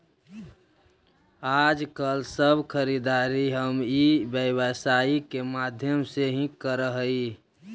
आजकल सब खरीदारी हम ई व्यवसाय के माध्यम से ही करऽ हई